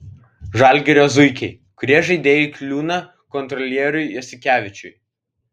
žalgirio zuikiai kurie žaidėjai kliūna kontrolieriui jasikevičiui